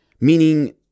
Meaning